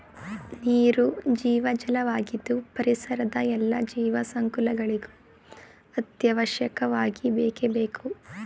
ನೀರು ಜೀವಜಲ ವಾಗಿದ್ದು ಪರಿಸರದ ಎಲ್ಲಾ ಜೀವ ಸಂಕುಲಗಳಿಗೂ ಅತ್ಯವಶ್ಯಕವಾಗಿ ಬೇಕೇ ಬೇಕು